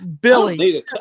Billy